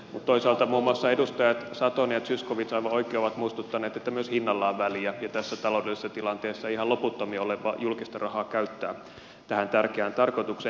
mutta toisaalta muun muassa edustajat satonen ja zyskowicz aivan oikein ovat muistuttaneet että myös hinnalla on väliä ja tässä taloudellisessa tilanteessa ei ihan loputtomiin ole julkista rahaa käyttää tähän tärkeään tarkoitukseen